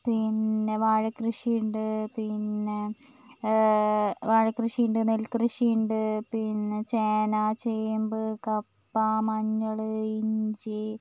പിന്നെ വാഴ കൃഷിയുണ്ട് പിന്നെ വാഴ കൃഷിയുണ്ട് നെൽ കൃഷിയുണ്ട് പിന്നെ ചേന ചേമ്പ് കപ്പ മഞ്ഞൾ ഇഞ്ചി